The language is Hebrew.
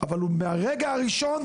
אבל הוא מהרגע הראשון,